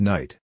Night